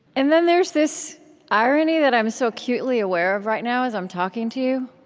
and then there's this irony that i'm so acutely aware of right now, as i'm talking to you.